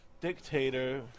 dictator